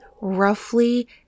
roughly